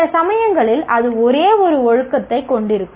சில சமயங்களில் அது ஒரே ஒரு ஒழுக்கத்தைக் கொண்டிருக்கும்